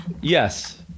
Yes